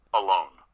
alone